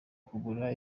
kwegura